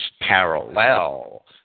parallel